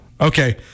Okay